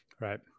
Right